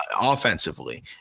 offensively